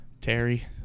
Terry